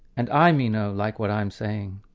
and i, meno, like what i'm saying.